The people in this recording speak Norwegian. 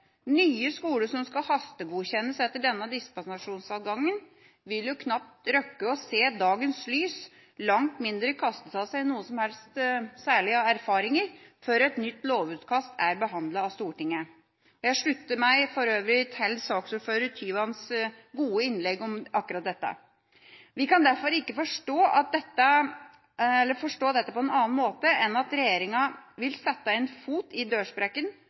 Nye skoler som skal hastegodkjennes etter denne dispensasjonsadgangen, vil knapt rekke å se dagens lys – langt mindre kaste av seg noe som helst av erfaringer – før et nytt lovutkast er behandlet av Stortinget. Jeg slutter meg for øvrig til saksordfører Tyvands gode innlegg om akkurat dette. Vi kan derfor ikke forstå dette på en annen måte enn at regjeringa vil sette en fot i dørsprekken